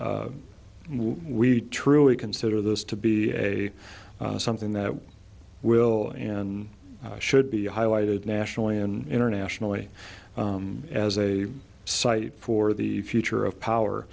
we truly consider this to be a something that will and should be highlighted nationally and internationally as a site for the future of power